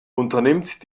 unternimmt